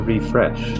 refresh